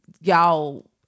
y'all